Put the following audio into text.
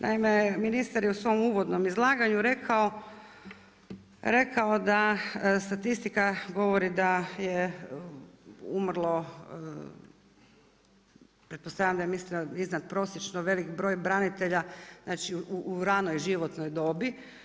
Naime, ministar je u svom uvodnom izlaganju rekao da statistika govori da je umrlo pretpostavljam da je mislio iznad prosječno velik broj branitelja, znači u ranoj životnoj dobi.